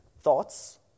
thoughts